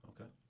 okay